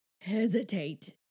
hesitate